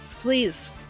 please